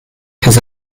his